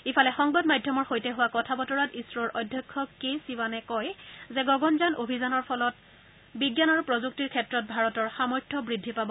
ইফালে সংবাদ মাধ্যমৰ সৈতে হোৱা কথাবতৰাত ইছৰ'ৰ অধ্যক্ষতাত কে চিৱানে কয় গগনয়ান অভিযানৰ ফলত বিজ্ঞান আৰু প্ৰযুক্তিৰ ক্ষেত্ৰত ভাৰতৰ সামৰ্থ্য বৃদ্ধি পাব